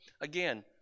again